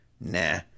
Nah